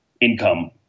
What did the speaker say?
income